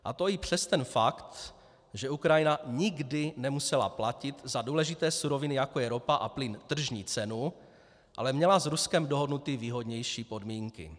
A to i přes fakt, že Ukrajina nikdy nemusela platit za důležité suroviny, jako je ropa a plyn, tržní cenu, ale měla s Ruskem dohodnuty výhodnější podmínky.